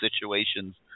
situations